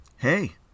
Hey